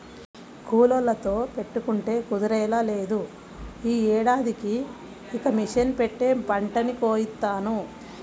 కూలోళ్ళతో పెట్టుకుంటే కుదిరేలా లేదు, యీ ఏడాదికి ఇక మిషన్ పెట్టే పంటని కోయిత్తాను